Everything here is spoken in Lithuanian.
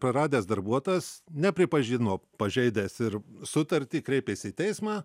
praradęs darbuotojas nepripažino pažeidęs ir sutartį kreipėsi į teismą